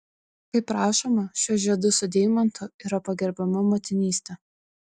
kaip rašoma šiuo žiedu su deimantu yra pagerbiama motinystė